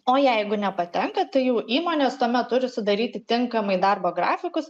o jeigu nepatenka tai jau įmonės tuomet turi sudaryti tinkamai darbo grafikus